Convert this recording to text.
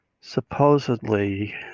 supposedly